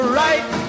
right